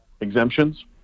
exemptions